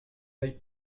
l’œil